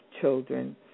children